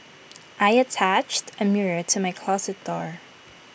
I attached A mirror to my closet door